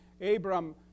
Abram